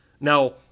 Now